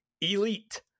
elite